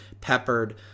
peppered